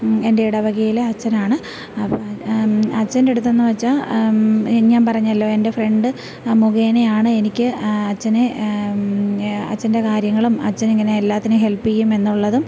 എൻ്റെ ഇടവകയിലെ അച്ഛനാണ് അപ്പം അച്ഛൻ്റെ അടുത്ത് എന്നു വച്ചാൽ ഞാൻ പറഞ്ഞല്ലോ എൻ്റെ ഫ്രണ്ട് മുഖേനയാണ് എനിക്ക് അച്ഛനെ അച്ഛൻ്റെ കാര്യങ്ങളും അച്ഛൻ ഇങ്ങനെ എല്ലാത്തിനും ഹെൽപ്പ് ചെയ്യും എന്നുള്ളതും